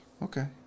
Okay